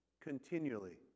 continually